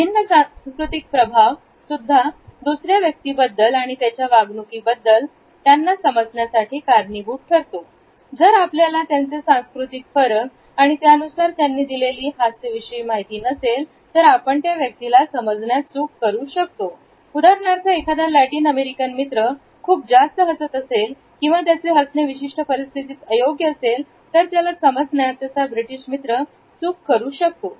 भिन्न सांस्कृतिक प्रभाव सुद्धा दुसऱ्या व्यक्तींबद्दल आणि त्यांच्या वागणुकीबद्दल त्यांना समजण्यासाठी कारणीभूत ठरतो जर आपल्याला त्यांचे सांस्कृतिक फरक आणि त्यानुसार त्यांनी दिलेले हास्य याविषयी माहिती नसेल तर आपण त्या व्यक्तीला समजण्यात चूक करू शकतो उदाहरणार्थ एखादा लॅटिन अमेरिकन मित्र खूप जास्त हसत असेल किंवा त्याचे हसणे विशिष्ट परिस्थितीत अयोग्य असेल तर त्याला समजण्यात त्याचा ब्रिटिश मित्र चूक करु शकतो